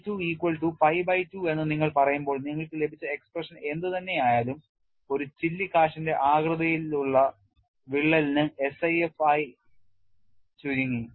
I 2 equal to pi by 2 എന്ന് നിങ്ങൾ പറയുമ്പോൾ നിങ്ങൾക്ക് ലഭിച്ച എക്സ്പ്രഷൻ എന്തുതന്നെ ആയാലും ഒരു ചില്ലിക്കാശിന്റെ ആകൃതിയിലുള്ള വിള്ളലിന് SIF ആയി ചുരുങ്ങി